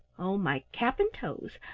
oh, my cap and toes!